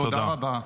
תודה רבה.